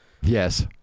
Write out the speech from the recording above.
Yes